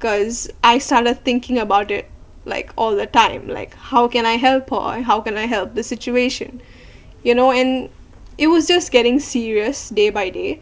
cause I started thinking about it like all the time like how can I help her or how can I help this situation you know and it was just getting serious day by day